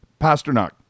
Pasternak